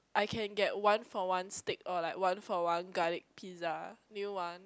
I can get one for one steak or like one for one garlic pizza do you want